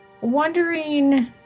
wondering